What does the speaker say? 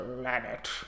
planet